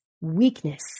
weakness